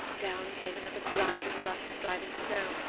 down came another blinding rush of driving snow,